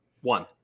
one